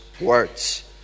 words